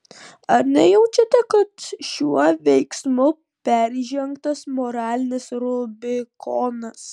ar nejaučiate kad šiuo veiksmu peržengtas moralinis rubikonas